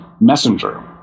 messenger